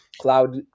cloud